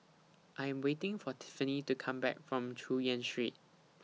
I'm waiting For Tiffany to Come Back from Chu Yen Street